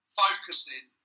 focusing